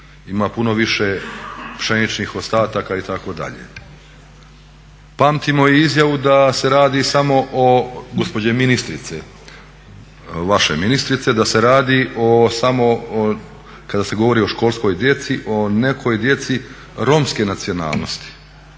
Ima puno više pšeničnih ostataka itd. Pamtimo i izjavu gospođe ministrice, vaše ministrice, da se radi samo o, kada se govori o školskoj djeci, o nekoj djeci romske nacionalnosti.